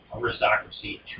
Aristocracy